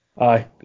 aye